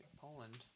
Poland